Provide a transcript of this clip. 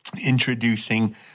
Introducing